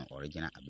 Original